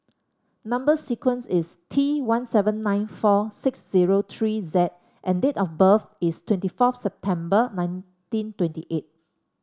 number sequence is T one seven nine four six zero three Z and date of birth is twenty fourth September nineteen twenty eight